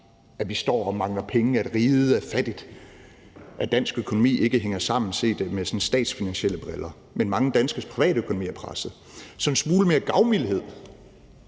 at vi står og mangler penge, at riget er fattigt, at dansk økonomi ikke hænger sammen set med sådan statsfinansielle briller. Men mange danskeres privatøkonomi er presset. Så en smule mere gavmildhed